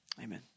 Amen